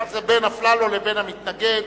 עכשיו זה בין אפללו לבין המתנגד,